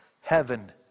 heaven